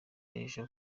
ejo